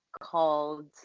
called